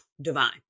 divine